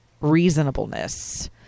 reasonableness